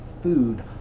food